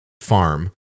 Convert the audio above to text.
farm